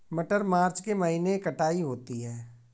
मटर मार्च के महीने कटाई होती है?